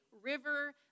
river